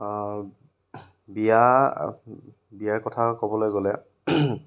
বিয়া বিয়াৰ কথা ক'বলৈ গ'লে